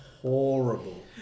horrible